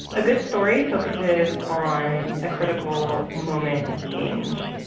a good story focuses on a critical moment of change.